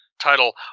title